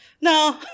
No